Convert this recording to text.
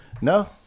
no